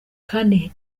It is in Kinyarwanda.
kandi